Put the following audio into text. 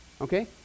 okay